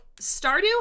Stardew